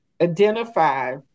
identify